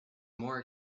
more